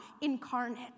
incarnate